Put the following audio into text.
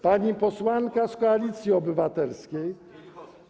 Pani posłanka z Koalicji Obywatelskiej... Wielichowska.